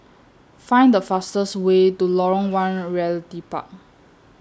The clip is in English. Find The fastest Way to Lorong one Realty Park